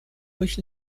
durch